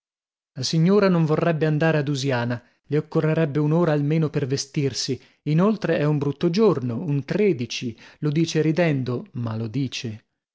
la signora non vorrebbe andare a dusiana le occorrerebbe un'ora almeno per vestirsi inoltre è un brutto giorno un tredici lo dice ridendo ma lo dice